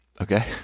Okay